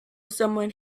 someone